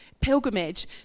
pilgrimage